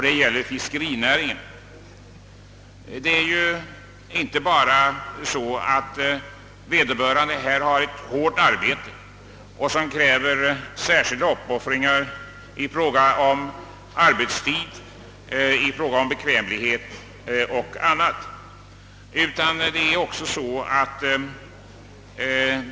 Det gäller fiskerinäringen, vars utövare har ett hårt arbete som kräver särskilda uppoffringar i fråga om arbetstid, bekvämlighet och annat.